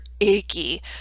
achy